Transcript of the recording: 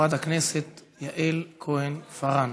חברת הכנסת יעל כהן-פארן.